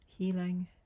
healing